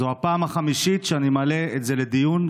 זו הפעם החמישית שאני מעלה את זה לדיון,